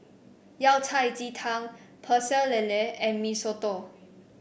Yao Cai Ji Tang Pecel Lele and Mee Soto